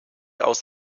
aus